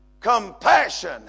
Compassion